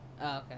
Okay